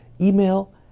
Email